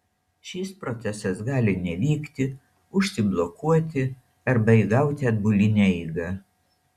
šis procesas gali nevykti užsiblokuoti arba įgauti atbulinę eigą